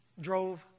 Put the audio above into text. drove